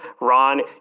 Ron